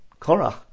Korach